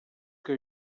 que